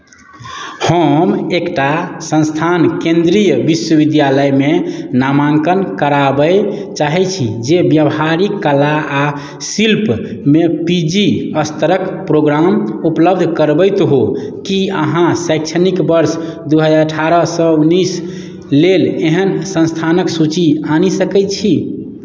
हम एकटा सन्स्थान केन्द्रीय विश्वविद्यालयमे नामाङ्कन कराबय चाहैत छी जे व्यवहारिक कला आ शिल्पमे पी जी स्तरक प्रोग्राम उपलब्ध करबैत हो की अहाँ शैक्षणिक वर्ष दू हजार अठारहसँ उन्नैस लेल एहन सन्स्थानक सूची आनि सकैत छी